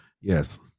Yes